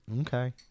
Okay